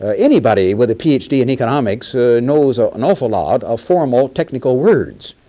ah anybody with a ph d. in economics ah knows ah an awful lot of formal, technical words.